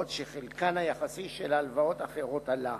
בעוד שחלקן היחסי של הלוואות אחרות עלה.